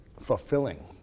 fulfilling